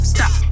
Stop